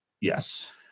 Yes